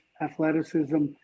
athleticism